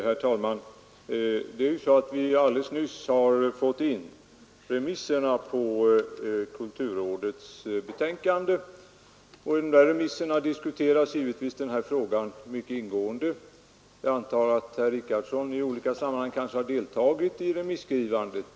Herr talman! Vi har helt nyligen fått in remissvaren på kulturrådets betänkande, och i dem diskuteras givetvis de här frågorna mycket ingående. Jag antar att herr Richardson i olika sammanhang deltagit i skrivandet av remissyttrandena.